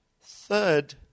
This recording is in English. third